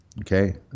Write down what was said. okay